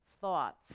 Thoughts